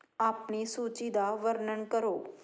ਆਪਣੀ ਸੂਚੀ ਦਾ ਵਰਣਨ ਕਰੋ